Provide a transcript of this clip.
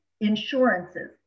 Insurances